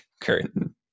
curtain